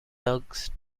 tugs